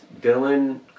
Dylan